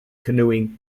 canoeing